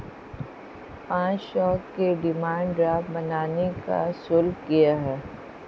पाँच सौ के डिमांड ड्राफ्ट बनाने का शुल्क क्या है?